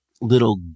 little